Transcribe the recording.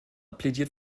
plädiert